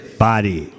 body